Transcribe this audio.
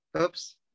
Oops